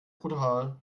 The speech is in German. brutal